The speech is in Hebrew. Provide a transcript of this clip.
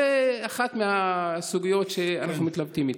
זו אחת הסוגיות שאנחנו מתלבטים בהן.